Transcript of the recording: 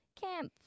camp